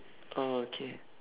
oh okay